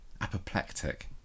Apoplectic